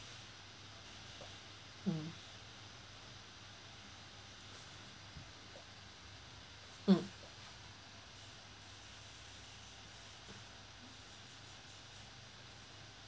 mm mm